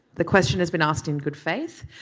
the question has been asked in good faith.